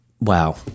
Wow